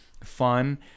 fun